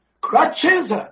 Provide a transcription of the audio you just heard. crutches